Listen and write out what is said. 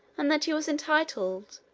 and that he was entitled,